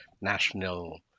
National